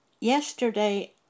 Yesterday